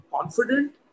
confident